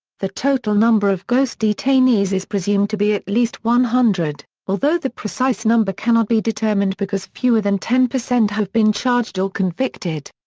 the total number of ghost detainees is presumed to be at least one hundred, hundred, although the precise number cannot be determined because fewer than ten percent have been charged or convicted.